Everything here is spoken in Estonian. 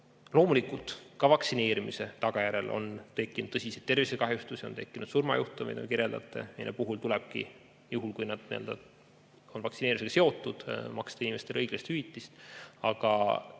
ohvreid. Loomulikult ka vaktsineerimise tagajärjel on tekkinud tõsiseid tervisekahjustusi, on tekkinud surmajuhtumeid, nagu te kirjeldate, mille puhul tulebki, juhul kui need on vaktsineerimisega seotud, maksta inimestele õiglast hüvitist. Aga